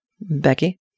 Becky